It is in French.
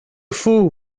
faut